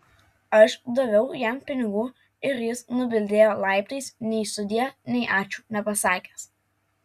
aš daviau jam pinigų ir jis nubildėjo laiptais nei sudie nei ačiū nepasakęs